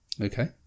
Okay